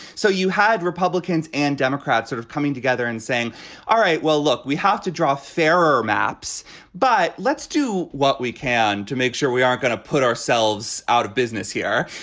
so you had republicans and democrats sort of coming together and saying all right well look we have to draw fairer maps but let's do what we can to make sure we aren't going to put ourselves out of business here.